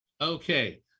okay